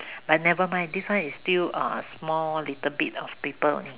but never mind this one is still uh small little bit of paper only